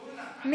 בעד,